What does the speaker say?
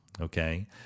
okay